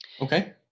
Okay